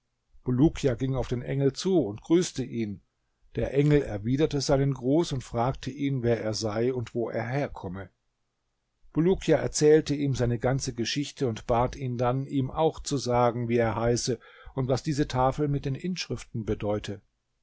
bulukia ging auf den engel zu und grüßte ihn der engel erwiderte seinen gruß und fragte ihn wer er sei und wo er herkomme bulukia erzählte ihm seine ganze geschichte und bat ihn dann ihm auch zu sagen wie er heiße und was diese tafel mit den inschriften bedeute